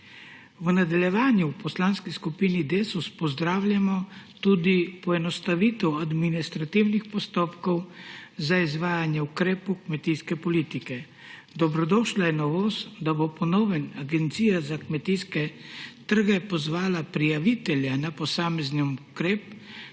V nadaljevanju v Poslanski skupini Desus pozdravljamo tudi poenostavitev administrativnih postopkov za izvajanje ukrepov kmetijske politike. Dobrodošla je novost, da bo po novem Agencija za kmetijske trge in razvoj podeželja pozvala prijavitelje na posamezen ukrep